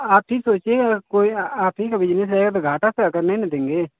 आप ही सोचिए अगर कोई आप ही का बिजनेस है त घाटा सह कर नहीं न देंगे